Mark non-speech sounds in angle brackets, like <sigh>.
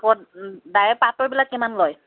<unintelligible> ডাই পাটৰবিলাক কিমান লয়